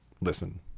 listen